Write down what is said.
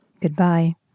Goodbye